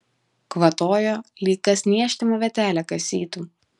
kvatojo lyg kas niežtimą vietelę kasytų